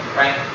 right